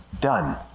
done